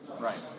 Right